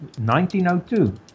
1902